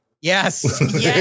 Yes